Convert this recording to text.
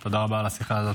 הוראת שעה,